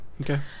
okay